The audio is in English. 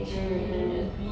mm mm